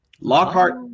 Lockhart